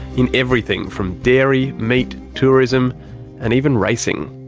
in everything from dairy, meat, tourism and even racing.